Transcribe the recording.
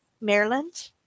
Maryland